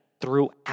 throughout